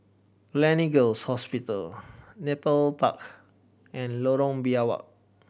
Gleneagles Hospital Nepal Park and Lorong Biawak